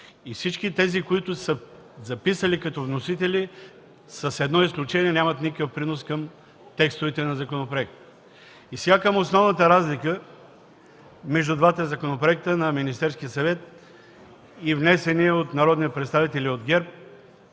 и всички тези, които са записани като вносители, с едно изключение, нямат никакъв принос към текстовете на законопроекта. Сега към основната разлика между двата законопроекта – на Министерския съвет и внесения от народни представители от ГЕРБ